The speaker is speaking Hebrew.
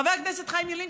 חבר הכנסת חיים ילין,